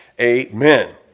Amen